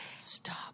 Stop